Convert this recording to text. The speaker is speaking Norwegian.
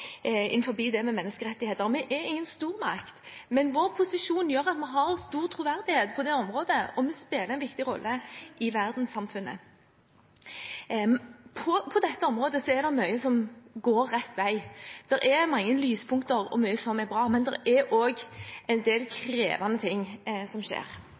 det med menneskerettigheter. Vi er ingen stormakt, men vår posisjon gjør at vi har stor troverdighet på det området, og vi spiller en viktig rolle i verdenssamfunnet. På dette området er det mye som går rett vei. Det er mange lyspunkter og mye som er bra, men det er også en del krevende ting som skjer.